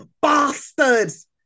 bastards